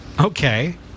Okay